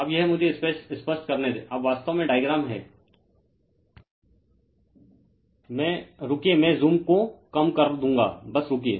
अब यह मुझे इसे स्पष्ट करने दे अब वास्तव में डायग्राम है रुकिए मैं ज़ूम को कम कर दूंगा बस रुकिए